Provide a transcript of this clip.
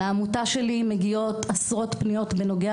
לעמותה שלי מגיעות עשרות פניות בנוגע